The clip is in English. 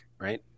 Right